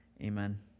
amen